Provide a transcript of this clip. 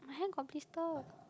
my hand got blister